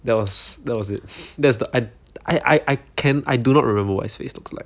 that was that was it that's the I I I can I do not remember what his face looks like